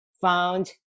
found